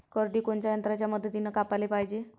करडी कोनच्या यंत्राच्या मदतीनं कापाले पायजे?